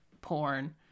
porn